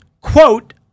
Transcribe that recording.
quote